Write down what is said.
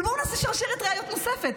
אבל בואו נעשה שרשרת ראיות נוספת.